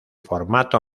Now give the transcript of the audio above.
formato